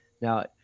now